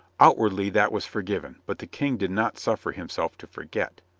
outwardly that was forgiven, but the king did not suffer himself to forget.